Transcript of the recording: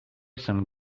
some